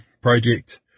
project